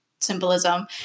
symbolism